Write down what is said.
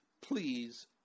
please